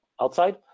outside